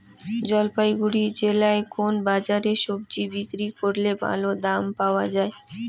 জলপাইগুড়ি জেলায় কোন বাজারে সবজি বিক্রি করলে ভালো দাম পাওয়া যায়?